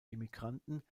immigranten